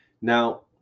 Now